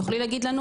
תוכלי להגיד לנו?